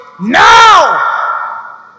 Now